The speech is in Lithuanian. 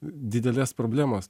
didelės problemos